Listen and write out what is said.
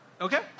Okay